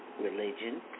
religion